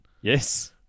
Yes